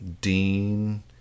dean